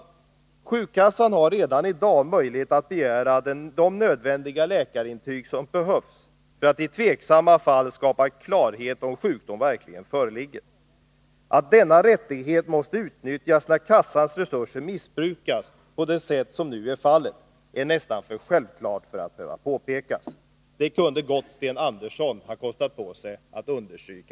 Försäkringskassan har redan i dag möjlighet att begära det läkarintyg som behövs för att i tveksamma fall skapa klarhet om sjukdom verkligen föreligger. Att denna rättighet måste utnyttjas, när kassans resurser missbrukas på det sätt som nu är fallet, är nästan för självklart för att behöva påpekas. Det kunde gott Sten Andersson ha kostat på sig att understryka.